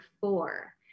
four